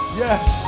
yes